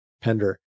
pender